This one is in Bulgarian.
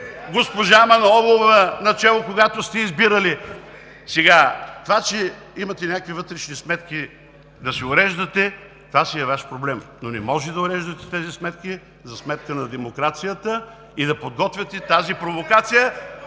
госпожа Манолова, начело, когато сте избирали. Това че имате да си уреждате някакви вътрешни сметки, това си е Ваш проблем, но не може да уреждате тези сметки за сметка на демокрацията и да подготвяте тази провокация